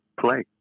play